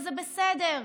וזה בסדר.